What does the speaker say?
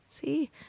see